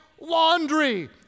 Laundry